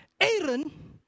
Aaron